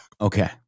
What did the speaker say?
Okay